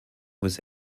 was